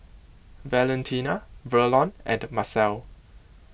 Valentina Verlon and Marcel